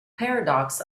paradox